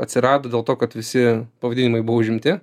atsirado dėl to kad visi pavadinimai buvo užimti